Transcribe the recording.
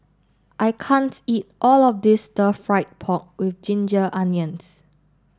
I can't eat all of this Stir Fried Pork with Ginger Onions